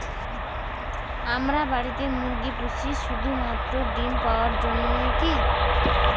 আমরা বাড়িতে মুরগি পুষি শুধু মাত্র ডিম পাওয়ার জন্যই কী?